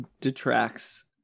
detracts